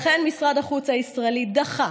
לכן משרד החוץ הישראלי דחה